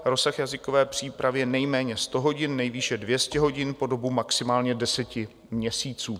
Rozsah jazykové přípravy je nejméně 100 hodin, nejvýše 200 hodin po dobu maximálně deseti měsíců.